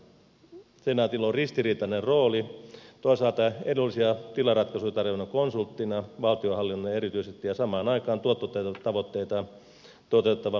senaatilla on ristiriitainen rooli toisaalta edullisia tilaratkaisuja erityisesti valtionhallinnolle tarjoavana konsulttina ja samaan aikaan tuottotavoitteita toteuttavana liikelaitoksena